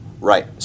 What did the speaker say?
Right